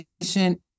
patient